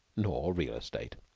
nor real estate.